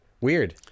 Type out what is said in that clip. weird